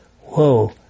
Whoa